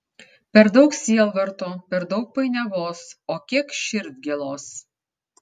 per daug sielvarto per daug painiavos o kiek širdgėlos